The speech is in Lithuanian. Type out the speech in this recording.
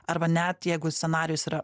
arba net jeigu scenarijus yra